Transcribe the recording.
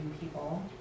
people